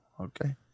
okay